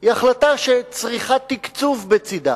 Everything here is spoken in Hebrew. היא החלטה שצריכה תקצוב בצדה.